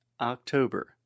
October